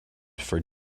for